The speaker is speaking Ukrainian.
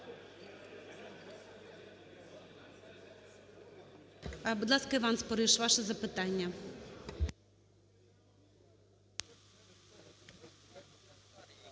Будь ласка, Іван Спориш, ваше запитання.